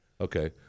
Okay